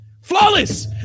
Flawless